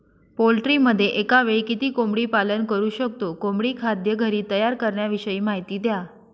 पोल्ट्रीमध्ये एकावेळी किती कोंबडी पालन करु शकतो? कोंबडी खाद्य घरी तयार करण्याविषयी माहिती द्या